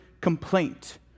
complaint